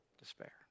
Despair